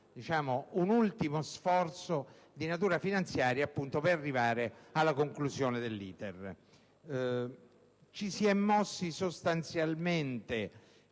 un ultimo sforzo di natura finanziaria per arrivare alla conclusione dell'*iter*. Ci si è mossi sostanzialmente,